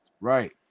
Right